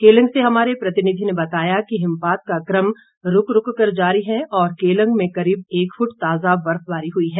केलंग से हमारे प्रतिनिधि ने बताया कि हिमपात का कम रूक रूक कर जारी है और केलंग में करीब एक फुट ताजा बर्फबारी हुई है